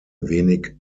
wenig